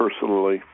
personally